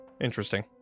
interesting